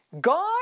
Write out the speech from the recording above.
God